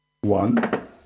One